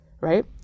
Right